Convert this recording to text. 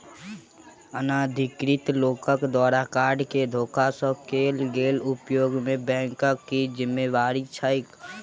अनाधिकृत लोकक द्वारा कार्ड केँ धोखा सँ कैल गेल उपयोग मे बैंकक की जिम्मेवारी छैक?